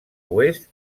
oest